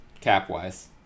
cap-wise